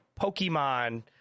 Pokemon